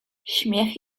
śmiech